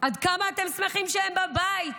עד כמה אתם שמחים שהם בבית?